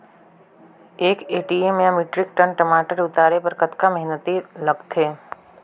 एक एम.टी या metric ton टमाटर उतारे बर कतका मेहनती लगथे ग?